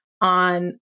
on